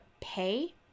pay